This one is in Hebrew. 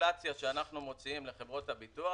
רגולציה שאנחנו מוציאים לחברות הביטוח,